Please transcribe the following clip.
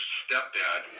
stepdad